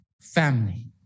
family